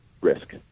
risk